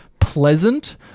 pleasant